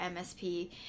MSP